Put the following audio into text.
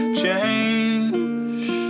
change